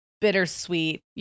bittersweet